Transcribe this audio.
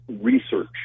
Research